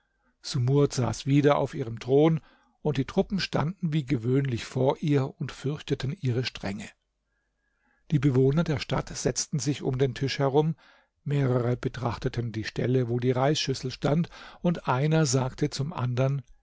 sumurd saß wieder auf ihrem thron und die truppen standen wie gewöhnlich vor ihr und fürchteten ihre strenge die bewohner der stadt setzten sich um den tisch herum mehrere betrachteten die stelle wo die reisschüssel stand und einer sagte zum andern